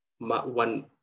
one